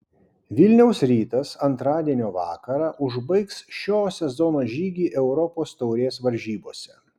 vilniaus rytas antradienio vakarą užbaigs šio sezono žygį europos taurės varžybose